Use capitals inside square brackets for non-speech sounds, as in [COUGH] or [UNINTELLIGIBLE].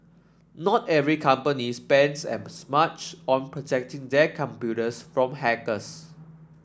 not every company spends [UNINTELLIGIBLE] much on protecting their computers from hackers